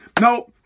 no